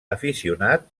aficionat